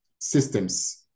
systems